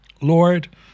Lord